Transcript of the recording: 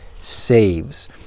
saves